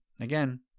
again